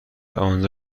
آنجا